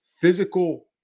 physical